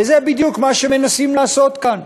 וזה בדיוק מה שמנסים לעשות כאן.